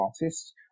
artists